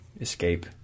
escape